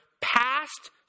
passed